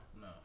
No